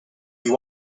you